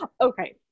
Okay